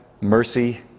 mercy